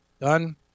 Done